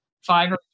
five